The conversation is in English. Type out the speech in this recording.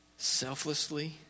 selflessly